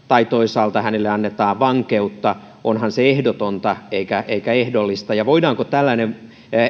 tai toisaalta jos hänelle annetaan vankeutta onhan se ehdotonta eikä eikä ehdollista ja voidaanko tällainen